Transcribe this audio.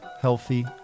healthy